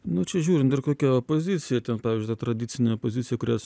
nu čia žiūrint kokia opozicija ten pavyzdžiui ta tradicinė opozicija kurią